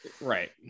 right